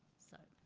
so.